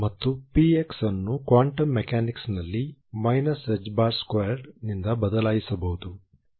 ಮತ್ತು px ಅನ್ನು quantum ಮೆಕ್ಯಾನಿಕ್ಸ್ನಲ್ಲಿ ħ2 ನಿಂದ ಬದಲಾಯಿಸಬಹುದು